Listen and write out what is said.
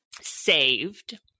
Saved